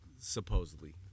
supposedly